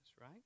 right